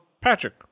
Patrick